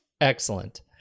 Excellent